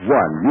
one